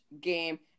game